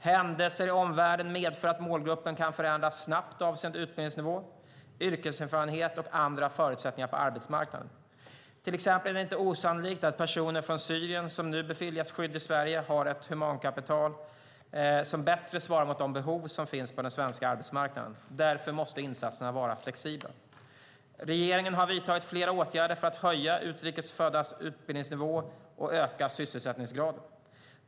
Händelser i omvärlden medför att målgruppen kan förändras snabbt avseende utbildningsnivå, yrkeserfarenhet och andra förutsättningar på arbetsmarknaden. Till exempel är det inte osannolikt att de personer från Syrien som nu beviljas skydd i Sverige har ett humankapital som bättre svarar mot de behov som finns på den svenska arbetsmarknaden. Därför måste insatserna vara flexibla. Regeringen har vidtagit flera åtgärder för att höja utrikes föddas utbildningsnivå och öka sysselsättningsgraden.